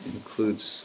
includes